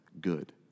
good